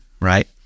Right